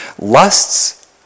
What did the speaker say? Lusts